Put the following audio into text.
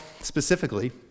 specifically